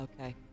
Okay